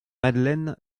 madeleine